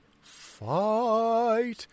fight